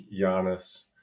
Giannis